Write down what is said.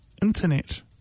Internet